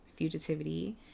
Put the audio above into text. fugitivity